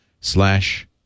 slash